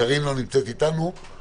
קארין אלהרר לא נמצאת כאן אבל